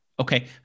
Okay